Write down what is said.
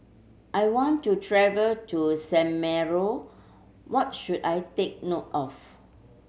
I want to travel to San Marino what should I take note of